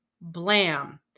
Blam